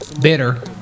bitter